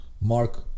Mark